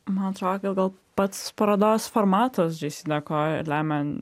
man atrodo kad gal pats parodos formatas džesideko lemia